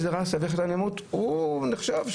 הוא נחשב,